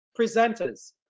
presenters